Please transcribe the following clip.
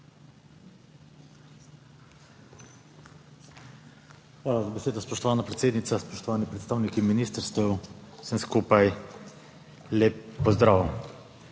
Hvala za besedo, spoštovana predsednica. Spoštovani predstavniki ministrstev, vsem skupaj lep pozdrav!